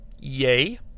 Yay